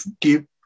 keep